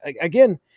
again